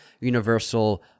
Universal